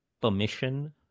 permission